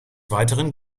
weiteren